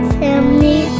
family